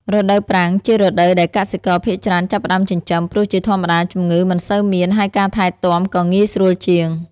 រដូវប្រាំង ជារដូវដែលកសិករភាគច្រើនចាប់ផ្ដើមចិញ្ចឹម ព្រោះជាធម្មតាជំងឺមិនសូវមាន ហើយការថែទាំក៏ងាយស្រួលជាង។